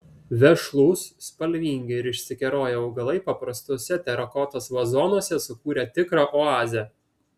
vešlūs spalvingi ir išsikeroję augalai paprastuose terakotos vazonuose sukūrė tikrą oazę